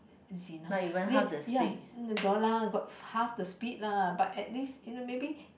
Jinna yeah got lah got the half of speed lah but at least in the maybe